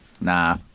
Nah